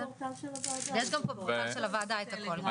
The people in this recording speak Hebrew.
יש בפורטל של הוועדה את הכל.